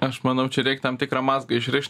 aš manau čia reik tam tikrą mazgą išriš